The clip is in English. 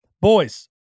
Boys